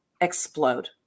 explode